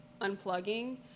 unplugging